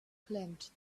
climbed